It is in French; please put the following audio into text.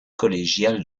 collégiale